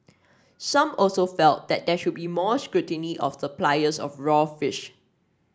some also felt that there should be more scrutiny of the suppliers of raw fish